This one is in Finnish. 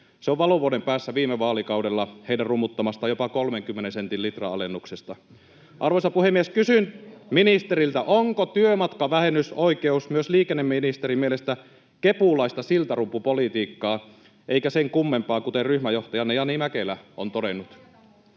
Se on valovuoden päässä heidän viime vaalikaudella rummuttamastaan jopa 30 sentin litra-alennuksesta. Arvoisa puhemies! Kysyn ministeriltä: onko työmatkavähennysoikeus myös liikenneministerin mielestä kepulaista siltarumpupolitiikkaa eikä sen kummempaa, kuten ryhmäjohtajanne Jani Mäkelä on todennut?